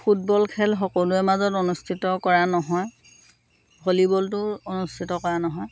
football খেল সকলোৰে মাজত অনুষ্ঠিত কৰা নহয় ভলীবলটোও অনুষ্ঠিত কৰা নহয়